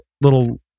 little